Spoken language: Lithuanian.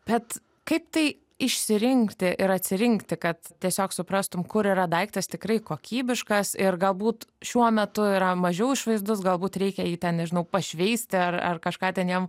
bet kaip tai išsirinkti ir atsirinkti kad tiesiog suprastum kur yra daiktas tikrai kokybiškas ir galbūt šiuo metu yra mažiau išvaizdus galbūt reikia jį ten nežinau pašveisti ar ar kažką ten jam